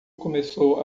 começou